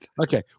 Okay